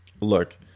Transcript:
Look